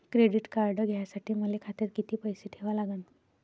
Credit card घ्यासाठी मले खात्यात किती पैसे ठेवा लागन?